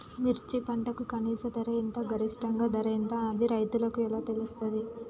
మిర్చి పంటకు కనీస ధర ఎంత గరిష్టంగా ధర ఎంత అది రైతులకు ఎలా తెలుస్తది?